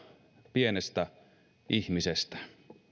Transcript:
pienestä ihmisestä